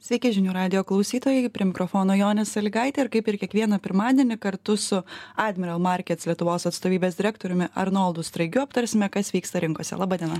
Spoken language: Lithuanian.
sveiki žinių radijo klausytojai prie mikrofono jonė salygaitė ir kaip ir kiekvieną pirmadienį kartu su admiral markets lietuvos atstovybės direktoriumi arnoldu straigiu aptarsime kas vyksta rinkose laba diena